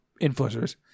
influencers